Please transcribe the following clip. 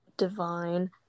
divine